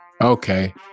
Okay